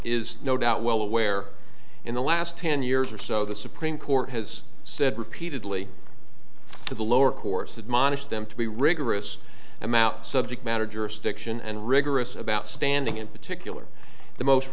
is no doubt well aware in the last ten years or so the supreme court has said repeatedly the lower course admonished them to be rigorous amount subject matter jurisdiction and rigorous about standing in particular the most